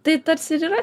tai tarsi ir yra